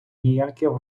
ніякого